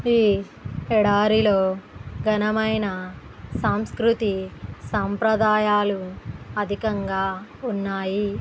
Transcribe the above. ఈ ఎడారిలో ఘనమైన సాంస్కృతి సంప్రదాయాలు అధికంగా ఉన్నాయి